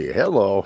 hello